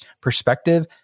perspective